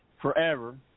forever